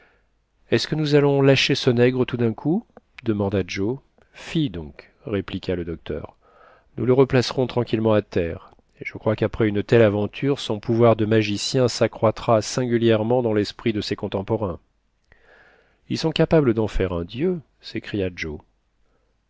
est-ce que nous allons lâcher ce nègre tout d'un coup demanda joe fi donc répliqua le docteur nous le replacerons tranquillement à terre et je crois qu'après une telle aventure son pouvoir de magicien s'accroîtra singulièrement dans l'esprit de ses contemporains ils sont capables d'en faire un dieu s'écria joe